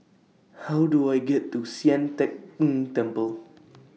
How Do I get to Sian Teck Tng Temple